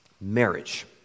marriage